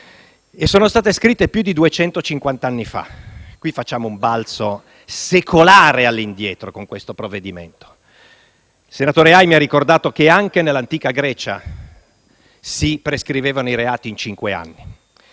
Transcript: e sono state scritte più di duecentocinquant'anni fa: facciamo un balzo secolare all'indietro con questo provvedimento. Il senatore Aimi ha ricordato che anche nell'antica Grecia si prescrivevano i reati in cinque anni;